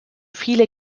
viele